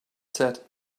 said